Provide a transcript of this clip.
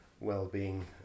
well-being